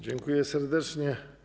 Dziękuję serdecznie.